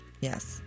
Yes